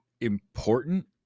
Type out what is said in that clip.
important